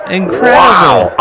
incredible